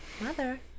Mother